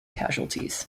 casualties